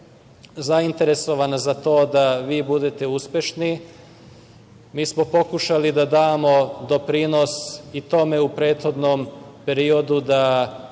zainteresovana za to da vi budete uspešni. Mi smo pokušali da damo doprinos tome u prethodnom periodu da